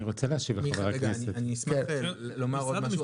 אני אשמח לומר עוד משהו.